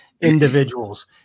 individuals